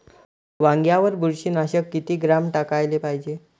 वांग्यावर बुरशी नाशक किती ग्राम टाकाले पायजे?